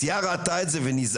הכנסייה ראתה את זה ונזדעקה,